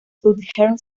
southern